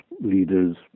leaders